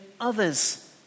others